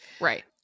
right